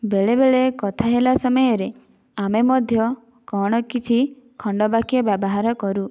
ବେଳେବେଳେ କଥା ହେଲା ସମୟରେ ଆମେ ମଧ୍ୟ କ'ଣ କିଛି ଖଣ୍ଡ ବାକ୍ୟ ବ୍ୟବହାର କରୁ